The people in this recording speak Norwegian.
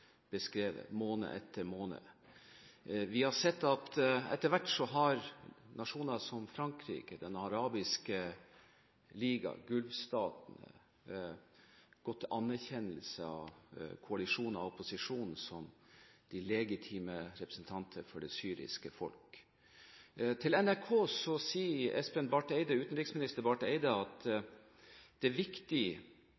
måned etter måned. Vi har sett at etter hvert har en nasjon som Frankrike, Den arabiske liga og Golfstatene gått til anerkjennelse av koalisjoner og opposisjonen som de legitime representanter for det syriske folk. Til NRK sier utenriksminister Espen Barth Eide at det er viktig at